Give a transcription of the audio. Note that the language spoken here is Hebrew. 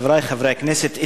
חברי חברי הכנסת,